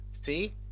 see